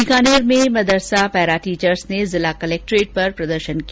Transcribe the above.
बीकानेर में मदरसा पैराटीचर्स ने जिला कलेक्ट्रेट पर प्रदर्शन किया